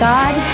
God